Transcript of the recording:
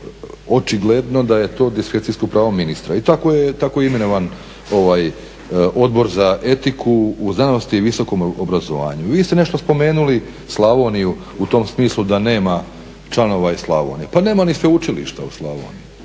očigledno da je to diskrecijsko pravo ministra i tako je imenovan Odbor za etiku u znanosti i visokom obrazovanju. Vi ste nešto spomenuli Slavoniju u tom smislu da nema članova iz Slavonije, pa nema ni sveučilišta u Slavoniji.